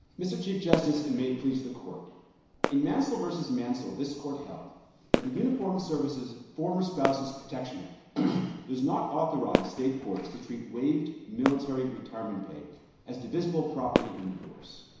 mr. chief justice, and may it please the court in mansell v. mansell, this court held that the uniformed services former spouses' protection act does not authorize state courts to treat waived military retirement pay as divisible property in divorce.